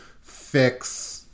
fix—